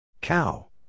Cow